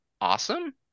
awesome